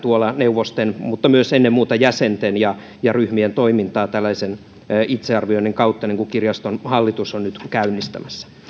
neuvosten mutta myös ennen muuta jäsenten ja ja ryhmien toimintaa tällaisen itsearvioinnin kautta mitä kirjaston hallitus on nyt käynnistämässä